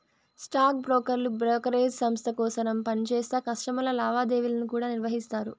stock బ్రోకర్లు brokerage సంస్త కోసరం పనిచేస్తా కస్టమర్ల లావాదేవీలను కూడా నిర్వహిస్తారు